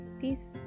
peace